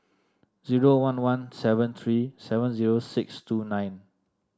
zero one one seven three seven zero six two nine